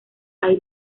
hay